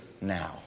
now